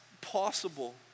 possible